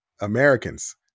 Americans